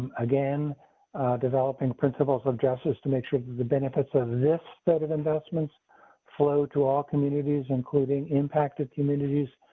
again developing principles addresses to make sure the benefits of this set of investments flow to all communities, including impacted communities,